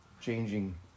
changing